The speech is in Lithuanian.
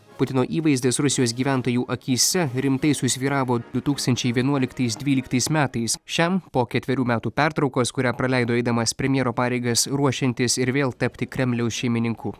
putino įvaizdis rusijos gyventojų akyse rimtai susvyravo du tūkstančiai vienuoliktais dvyliktais metais šiam po ketverių metų pertraukos kurią praleido eidamas premjero pareigas ruošiantis ir vėl tapti kremliaus šeimininku